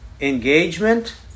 engagement